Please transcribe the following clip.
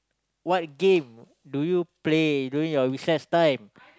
what game do you play during your recess time